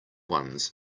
ones